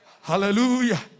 Hallelujah